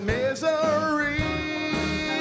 misery